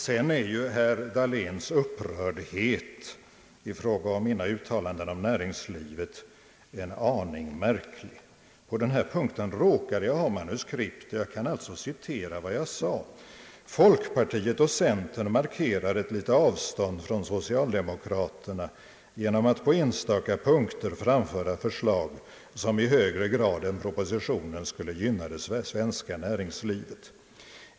Sedan är ju herr Dahléns upprördhet i fråga om mina uttalanden om näringslivet en aning märklig. På den här punkten råkar jag ha manuskript. Jag kan alltså citera vad jag sade: »Folkpartiet och centern markerar ett litet avstånd från socialdemokraterna genom att på enstaka punkter framföra förslag, som i högre grad än propositionen skulle gynna det svenska näringslivet.